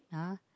!huh!